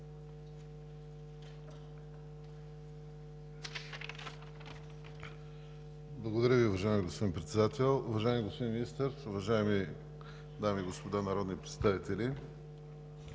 Благодаря Ви, уважаеми господин Председател. Уважаеми господин Министър, уважаеми дами и господа народни представители!